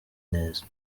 neza